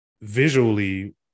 visually